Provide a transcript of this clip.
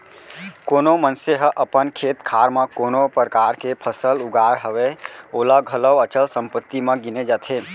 कोनो मनसे ह अपन खेत खार म कोनो परकार के फसल उगाय हवय ओला घलौ अचल संपत्ति म गिने जाथे